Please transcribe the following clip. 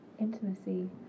intimacy